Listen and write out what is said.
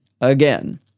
Again